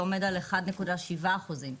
עומד על 1.7 אחוזים.